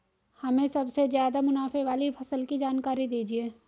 हमें सबसे ज़्यादा मुनाफे वाली फसल की जानकारी दीजिए